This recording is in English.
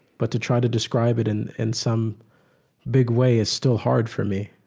but to try to describe it in in some big way is still hard for me.